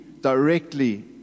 directly